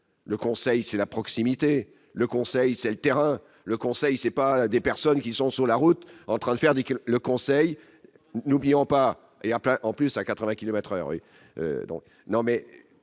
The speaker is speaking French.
le conseil, c'est la proximité, le conseil c'est le terrain, le conseil c'est pas des personnes qui sont sur la route en train de faire dès que le Conseil n'oublions pas et peu en plus à 80 kilomètres heure, donc non mais